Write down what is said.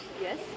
Yes